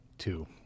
Two